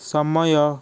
ସମୟ